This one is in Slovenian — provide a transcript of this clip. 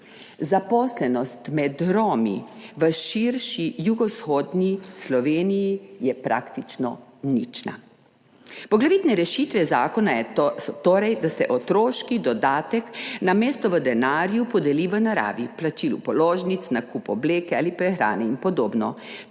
Zaposlenost med Romi v širši jugovzhodni Sloveniji je praktično nična. Poglavitne rešitve zakona so torej te, da se otroški dodatek namesto v denarju podeli v naravi, plačilu položnic, nakupu obleke ali prehrane in podobno,